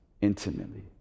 intimately